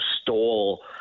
stole